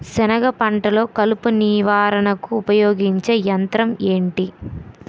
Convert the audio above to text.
సెనగ పంటలో కలుపు నివారణకు ఉపయోగించే యంత్రం ఏంటి?